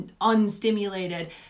unstimulated